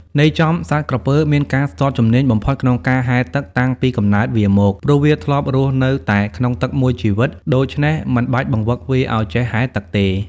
ន័យចំ សត្វក្រពើ មានការស្ទាត់ជំនាញបំផុតក្នុងការហែលទឹកតាំងពីកំណើតវាមក ព្រោះវាធ្លាប់រស់នៅតែក្នុងទឹកមួយជីវិត ដូច្នេះមិនបាច់បង្វឹកវាឲ្យចេះហែលទឹកទេ ។